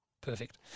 perfect